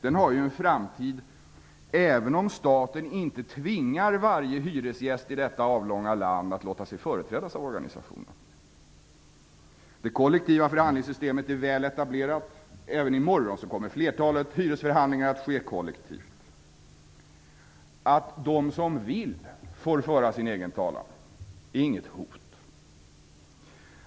Den har en framtid även om staten inte tvingar varje hyresgäst i detta avlånga land att låta sig företrädas av organisationen. Det kollektiva förhandlingssystemet är väl etablerat. Även i morgon kommer flertalet hyresförhandlingar att ske kollektivt. Att de som vill får föra sin egen talan är inget hot.